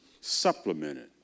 supplemented